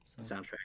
soundtrack